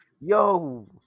Yo